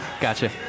gotcha